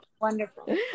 Wonderful